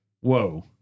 whoa